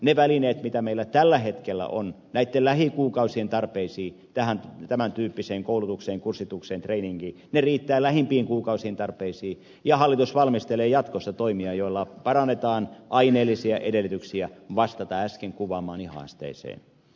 ne välineet mitä meillä tällä hetkellä on näitten lähikuukausien tarpeisiin tämän tyyppiseen koulutukseen kurssitukseen treiningiin riittävät lähimpien kuukausien tarpeisiin ja hallitus valmistelee jatkossa toimia joilla parannetaan aineellisia edellytyksiä vastata äsken kuvaamaani haasteeseen